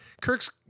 Kirk's